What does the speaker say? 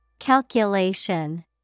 Calculation